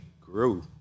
grew